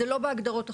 זה לא הגדרות החוק.